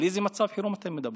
על איזה מצב חירום אתם מדברים?